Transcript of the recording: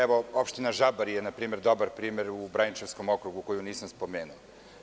Evo, opština Žabari je, na primer, dobar primer u Braničevskom okrugu, koju nisam spomenuo.